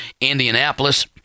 Indianapolis